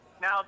Now